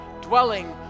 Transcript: dwelling